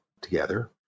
together